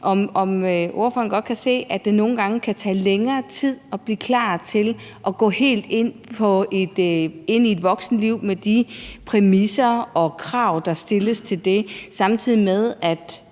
Kan ordføreren godt se, at det nogle gange kan tage længere tid at blive klar til at gå helt ind i et voksenliv med de præmisser og krav, der stilles til det, samtidig med, at